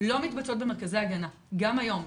לא מתבצעות במרכזי ההגנה, גם היום.